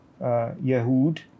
Yehud